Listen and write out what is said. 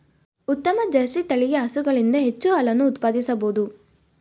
ಉತ್ತಮ ಜರ್ಸಿ ತಳಿಯ ಹಸುಗಳಿಂದ ಹೆಚ್ಚು ಹಾಲನ್ನು ಉತ್ಪಾದಿಸಬೋದು